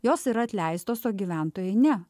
jos yra atleistos o gyventojai ne